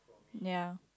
ya